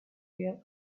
real